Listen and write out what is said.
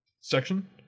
section